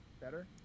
Better